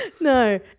No